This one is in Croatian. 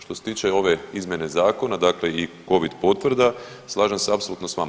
Što se tiče ove izmjene zakona, dakle i covid potvrda, slažem se apsolutno s vama.